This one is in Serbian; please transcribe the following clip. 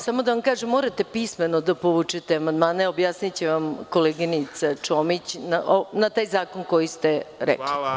Samo da vam kažem, morate pismeno da povučete amandmane, objasniće vam koleginica Čomić, na taj zakon koji ste rekli.